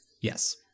yes